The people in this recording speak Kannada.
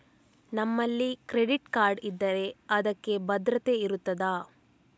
ನಮ್ಮಲ್ಲಿ ಕ್ರೆಡಿಟ್ ಕಾರ್ಡ್ ಇದ್ದರೆ ಅದಕ್ಕೆ ಭದ್ರತೆ ಇರುತ್ತದಾ?